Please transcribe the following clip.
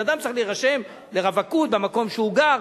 אדם צריך להירשם לרווקות במקום שהוא גר.